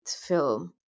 film